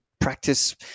practice